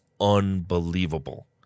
unbelievable